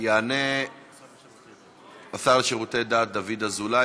יענה השר לשירותי דת, השר דוד אזולאי.